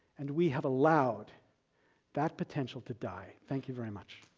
and we have allowed that potential to die. thank you very much.